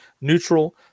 neutral